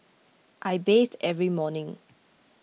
I bathe every morning